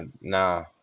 Nah